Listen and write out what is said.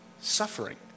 suffering